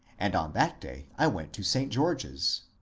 and on that day i went to st. greorge's.